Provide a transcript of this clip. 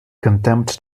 condemned